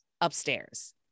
upstairs